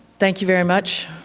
thank you very much,